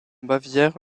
bavière